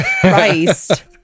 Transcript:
Christ